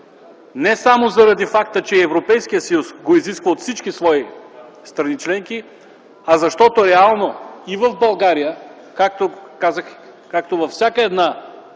не само заради факта, че Европейският съюз го изисква от всички свои страни членки, а защото реално и в България, както във всяка една